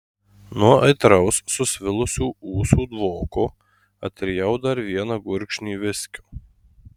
nuo aitraus susvilusių ūsų dvoko atrijau dar vieną gurkšnį viskio